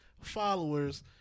followers